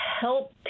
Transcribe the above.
help